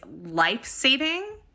life-saving